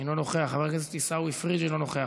אינו נוכח, חבר הכנסת עיסאווי פריג' אינו נוכח,